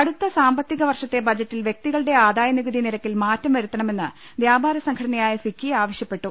അടുത്തസാമ്പത്തിക വർഷത്തെ ബജറ്റിൽ വ്യക്തികളുടെ ആദായനികുതി നിരക്കിൽ മാറ്റംവരുത്തണമെന്ന് വ്യാപരസംഘട നയായ ഫിക്കി ആവശ്യപ്പെട്ടു